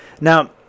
Now